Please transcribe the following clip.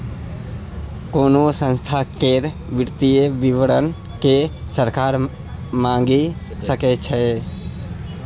कोनो संस्था केर वित्तीय विवरण केँ सरकार मांगि सकै छै